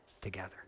together